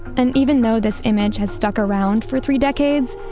and even though this image has stuck around for three decades,